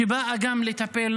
שבאה גם לטפל,